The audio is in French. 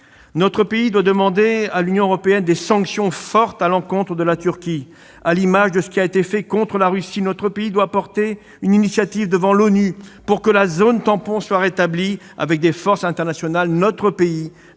Notre pays doit demander à l'Union européenne des sanctions fortes à l'encontre de la Turquie, à l'image de ce qui avait été fait contre la Russie. Notre pays doit promouvoir une initiative devant l'ONU pour que la zone tampon soit rétablie et contrôlée par des forces internationales. Notre pays